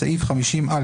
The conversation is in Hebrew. בסעיף 50(א),